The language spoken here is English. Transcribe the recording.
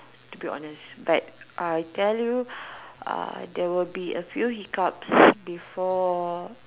to be honest but I tell you uh there will be a few hiccups before